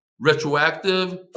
retroactive